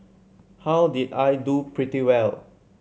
how did I do pretty well